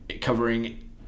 covering